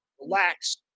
relax